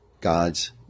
God's